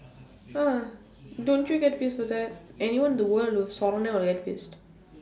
ah don't you get pissed for that anyone in the world those foreigner will get pissed